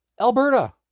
Alberta